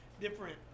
different